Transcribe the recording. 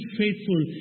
faithful